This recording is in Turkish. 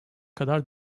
kadar